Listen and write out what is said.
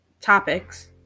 topics